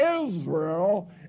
Israel